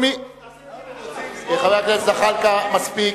חבר הכנסת זחאלקה, מספיק.